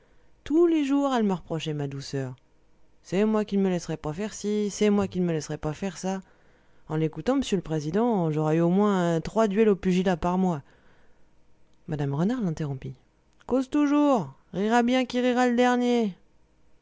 tous les jours elle me reprochait ma douceur c'est moi qui ne me laisserais pas faire ci c'est moi qui ne me laisserais pas faire ça en l'écoutant m'sieu l'président j'aurais eu au moins trois duels au pugilat par mois mme renard l'interrompit cause toujours rira bien qui rira l'dernier